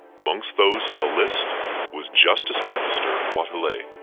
amongst those on the list was justice minister wathelet.